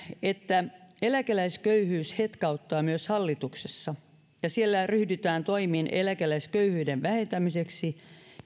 että eläkeläisköyhyys hetkauttaa myös hallituksessa ja siellä ryhdytään toimiin eläkeläisköyhyyden vähentämiseksi